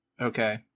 Okay